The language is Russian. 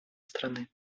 страны